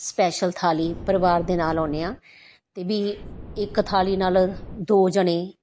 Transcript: special ਥਾਲੀ ਪਰਿਵਾਰ ਦੇ ਨਾਲ ਆਉਂਦੇ ਹਾਂ ਤੇ ਵੀ ਇੱਕ ਥਾਲੀ ਨਾਲ ਦੋ ਜਣੇ